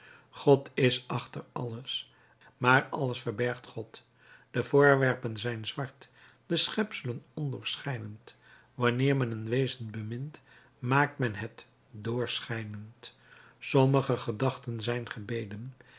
god is achter alles maar alles verbergt god de voorwerpen zijn zwart de schepselen ondoorschijnend wanneer men een wezen bemint maakt men het doorschijnend sommige gedachten zijn gebeden